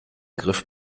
griff